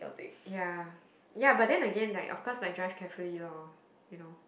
ya ya but then again like of course must drive carefully loh you know